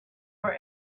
for